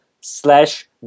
slash